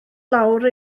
lawr